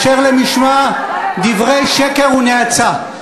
אשר למשמע דברי שקר ונאצה,